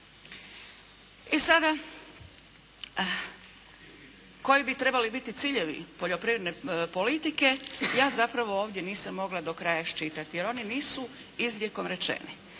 I sada, koji bi trebali biti ciljevi poljoprivredne politike ja zapravo ovdje nisam mogla do kraja iščitati, jer oni nisu izrijekom rečeni.